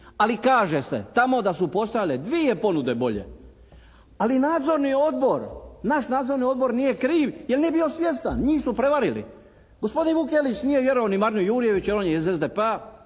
Ali kaže se tamo da su postojale dvije ponude bolje. Ali Nadzorni odbor, naš Nadzorni odbor nije kriv jer nije bio svjestan, njih su prevarili. Gospodin Vukelić nije vjerovao ni Marinu Jurjeviću, on je iz